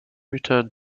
returned